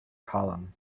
column